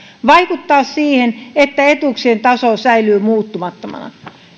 vaikuttaa siihen että etuuksien taso säilyy muuttumattomana